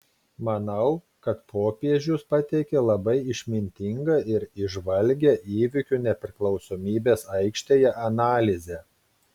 manau kad popiežius pateikė labai išmintingą ir įžvalgią įvykių nepriklausomybės aikštėje analizę